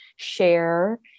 share